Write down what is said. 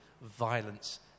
violence